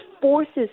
forces